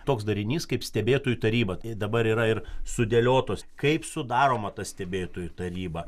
toks darinys kaip stebėtojų taryba tai dabar yra ir sudėliotos kaip sudaroma ta stebėtojų taryba